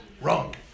Wrong